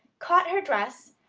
caught her dress,